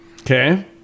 Okay